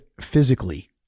physically